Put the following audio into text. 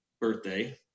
birthday